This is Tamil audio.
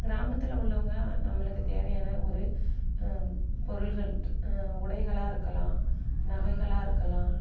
கிராமத்தில் உள்ளவங்க நம்மளுக்குத் தேவையான ஒரு பொருள்கள் உடைகளாக இருக்கலாம் நகைகளாக இருக்கலாம்